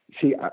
See